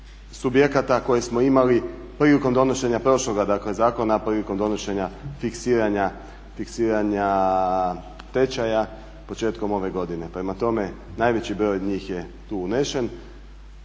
subjekata koje smo imali prilikom donošenja prošloga zakona, prilikom donošenja fiksiranja tečaja početkom ove godine. prema tome, najveći broj od njih je tu unesen.